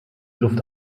luft